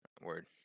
word